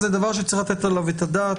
אז זה דבר שצריך לתת עליו את הדעת.